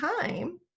time